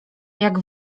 jak